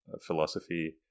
philosophy